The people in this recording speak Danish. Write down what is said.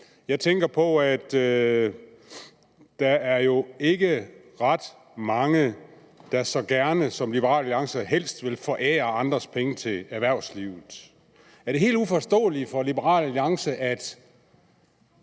Jeg tænker på, at der jo ikke er ret mange, der så gerne som Liberal Alliance helst vil forære andres penge til erhvervslivet. Er det helt uforståeligt for Liberal Alliance, at